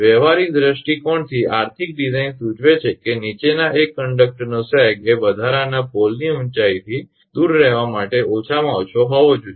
વ્યવહારિક દૃષ્ટિકોણથી આર્થિક ડિઝાઇન સૂચવે છે કે નીચેના એક કંડક્ટરનો સેગ એ વધારાના પોલની ઊંચાઇથી દૂર રહેવા માટે ઓછામાં ઓછો હોવો જોઈએ